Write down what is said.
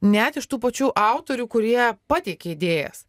net iš tų pačių autorių kurie pateikė idėjas